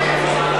זה מה שעשיתם.